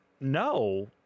No